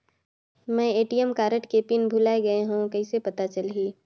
मैं ATM card के PIN भुलाए गे हववं कइसे पता चलही?